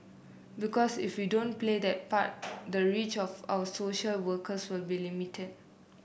because if we don't play that part the reach of our social workers will be limited